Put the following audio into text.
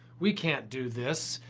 we can't do this.